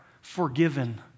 forgiven